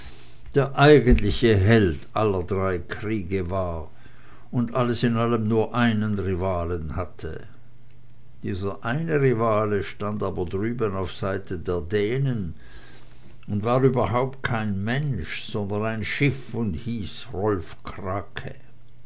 der eigentliche held aller drei kriege war und alles in allem nur einen rivalen hatte dieser eine rivale stand aber drüben auf seite der dänen und war überhaupt kein mensch sondern ein schiff und hieß rolf krake